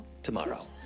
Tomorrow